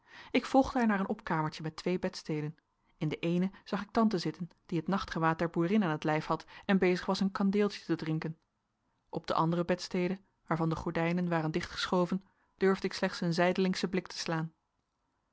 ik volgde haar naar een opkamertje met twee bedsteden in de eene zag ik tante zitten die het nachtgewaad der boerin aan t lijf had en bezig was een kandeeltje te drinken op de andere bedstede waarvan de gordijnen waren dichtgeschoven durfde ik slechts een zijdelingschen blik te slaan